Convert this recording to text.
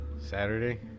Saturday